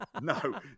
no